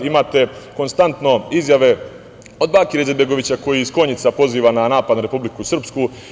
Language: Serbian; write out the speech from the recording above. Imate konstantno izjave od Bakira Izetbegovića koji iz Konjica poziva na napade na Republiku Srpsku.